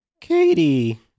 Katie